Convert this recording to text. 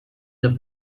the